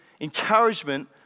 encouragement